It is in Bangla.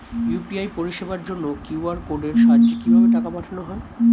ইউ.পি.আই পরিষেবার জন্য কিউ.আর কোডের সাহায্যে কিভাবে টাকা পাঠানো হয়?